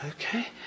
Okay